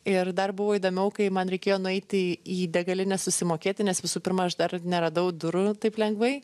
ir dar buvo įdomiau kai man reikėjo nueiti į degalinę susimokėti nes visų pirma aš dar neradau durų taip lengvai